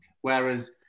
Whereas